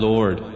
Lord